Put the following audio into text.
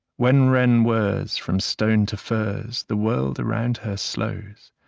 when wren whirs from stone to furze the world around her slows,